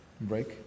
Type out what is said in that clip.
break